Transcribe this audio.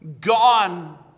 gone